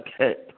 Okay